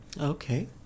Okay